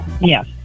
yes